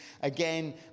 again